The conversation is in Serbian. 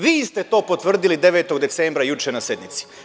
Vi ste to potvrdili 9. decembra juče na sednici.